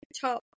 top